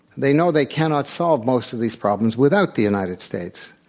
they know they cannot solve most of these problems without the united states.